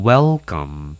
Welcome